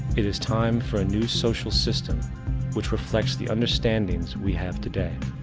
it is time for a new social system which reflects the understandings we have today.